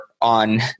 on